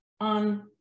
on